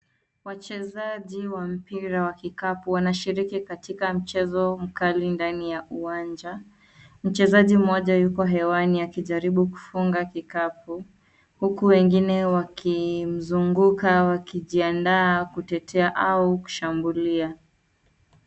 Wachezaji wa mpira wa kikapu wanashiriki katika mchezo mkali ndani ya uwanja. Mchezaji mmoja yuko hewani akijaribu kufunga kikapu, huku wengine wakimuunga, wakijiandaa kutetea au kushambulia.